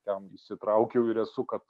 ten įsitraukiau ir esu kad